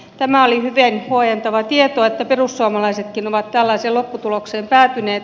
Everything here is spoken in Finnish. tämä oli hyvin huojentava tieto että perussuomalaisetkin ovat tällaiseen lopputulokseen päätyneet